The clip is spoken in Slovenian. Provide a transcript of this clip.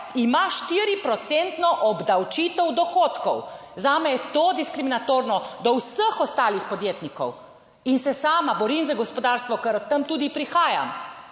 obdavčitev dohodkov? Zame je to diskriminatorno do vseh ostalih podjetnikov in se sama borim za gospodarstvo, ker od tam tudi prihajam.